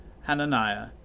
Hananiah